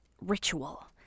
ritual